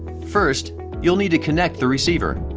first you'll need to connect the receiver.